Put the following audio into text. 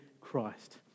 Christ